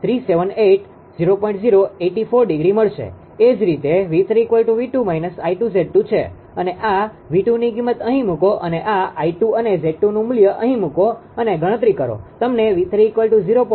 એ જ રીતે 𝑉3 𝑉2 − 𝐼2𝑍2 છે અને આ 𝑉2ની કિંમત અહીં મૂકો અને આ 𝐼2 અને 𝑍2 નુ મુલ્ય અહી મુકો અને ગણતરી કરો